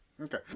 okay